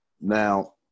Now